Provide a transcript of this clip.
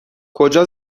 کجا